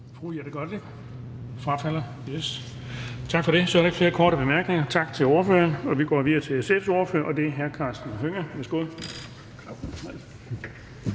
formand (Erling Bonnesen): Tak for det. Så er der ikke flere korte bemærkninger. Tak til ordføreren. Og vi går videre til SF's ordfører, hr. Karsten Hønge. Værsgo.